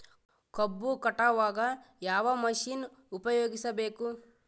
ಕಬ್ಬು ಕಟಾವಗ ಯಾವ ಮಷಿನ್ ಉಪಯೋಗಿಸಬೇಕು?